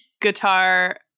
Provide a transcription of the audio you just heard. guitar